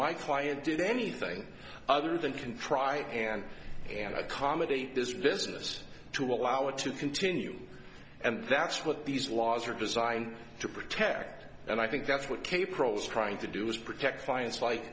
my client did anything other than contrite and and accommodate this business to allow it to continue and that's what these laws are designed to protect and i think that's what kaypro is trying to do is protect fine it's like